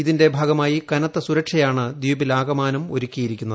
ഇതിന്റെ ഭാഗമായി കനത്ത സുരക്ഷയാണ് ദ്വീപിൽ ആകമാനം ഒരുക്കിയിരിക്കുന്നത്